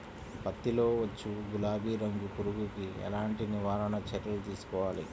పత్తిలో వచ్చు గులాబీ రంగు పురుగుకి ఎలాంటి నివారణ చర్యలు తీసుకోవాలి?